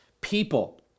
people